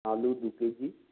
আলু দু কেজি